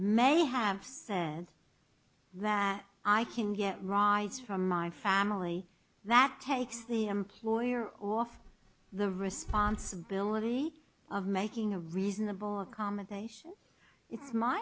may have said that i can get rides from my family that takes the employer off the responsibility of making a reasonable accommodation